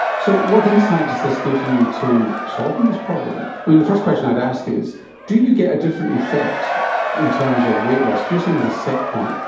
so what insight does this give you to solving this problem? i mean the first question i'd ask is do you get a different effect in terms of weight loss? you're saying there's a set point.